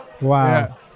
Wow